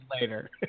later